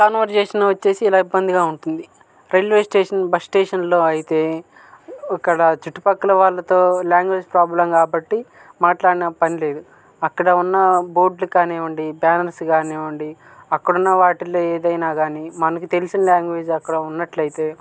conversation వచ్చేసి ఇలా ఇబ్బందిగా ఉంటుంది రైల్వే స్టేషన్ బస్ స్టేషన్లో అయితే అక్కడ చుట్టుపక్కల వాళ్లతో లాంగ్వేజ్ ప్రాబ్లం కాబట్టి మాట్లాడిన పని లేదు అక్కడ ఉన్న బోర్డులు కానివ్వండి బ్యానర్స్ కానివ్వండి అక్కడున్న వాటిలో ఏదైనా కాని మనకు తెలిసిన లాంగ్వేజ్ అక్కడ ఉన్నట్లయితే